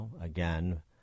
Again